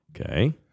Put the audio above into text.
Okay